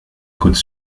côte